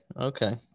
Okay